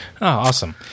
awesome